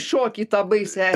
šokį į tą baisiąją